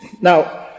Now